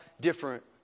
different